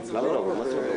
פתיחה וסגירה.